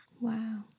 Wow